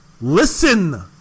Listen